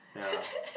yeah